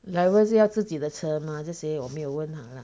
driver 是要自己的车吗这些我没有问他啦